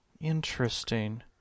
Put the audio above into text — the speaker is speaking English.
Interesting